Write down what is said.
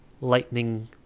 lightning